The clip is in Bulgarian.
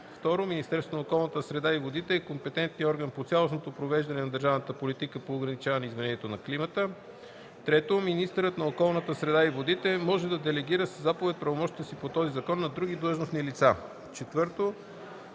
(2) Министърът на околната среда и водите е компетентният орган по цялостното провеждане на държавната политика по ограничаване изменението на климата. (3) Министърът на околната среда и водите може да делегира със заповед правомощията си по този закон на други длъжностни лица.